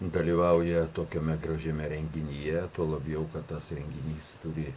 dalyvauja tokiame gražiame renginyje tuo labiau kad tas renginys turi